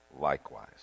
likewise